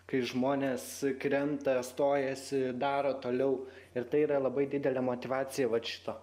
kai žmonės krenta stojasi daro toliau ir tai yra labai didelė motyvacija vat šito